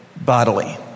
bodily